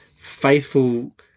faithful